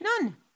None